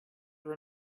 have